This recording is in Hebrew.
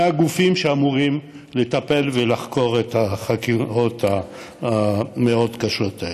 הגופים שאמורים לטפל ולחקור את החקירות המאוד-קשות האלה.